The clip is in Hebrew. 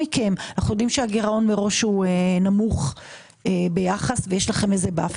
אנחנו יודעים שהגירעון מראש הוא נמוך ביחס ויש לכם איזה buffer,